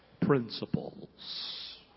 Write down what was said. principles